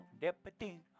deputy